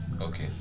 Okay